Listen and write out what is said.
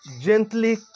gently